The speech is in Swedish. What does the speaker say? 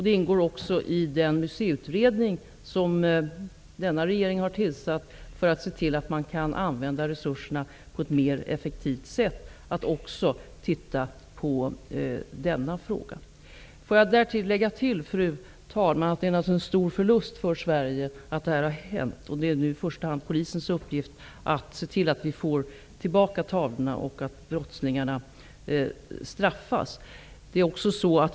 Det ingår också i direktiven till den museiutredning som denna regering har tillsatt för att man skall se till att resurserna används på ett mer effektivt sätt att titta på denna fråga. Får jag därtill lägga, fru talman, att det naturligtvis är en stor förlust för Sverige att detta har hänt. Det är nu i första hand polisens uppgift att se till att vi får tillbaka tavlorna och att brottslingarna straffas.